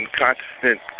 constant